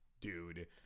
dude